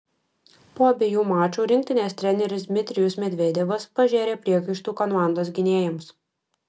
po abiejų mačų rinktinės treneris dmitrijus medvedevas pažėrė priekaištų komandos gynėjams